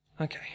Okay